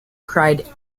cried